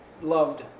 loved